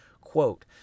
quote